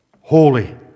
Holy